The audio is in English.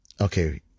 okay